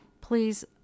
please